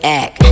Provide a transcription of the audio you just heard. act